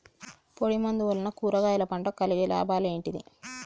పొడిమందు వలన కూరగాయల పంటకు కలిగే లాభాలు ఏంటిది?